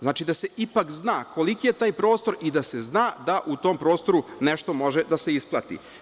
Znači, da se ipak više zna koliki je taj prostor i da se zna da u tom prostoru nešto može da se isplati.